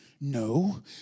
no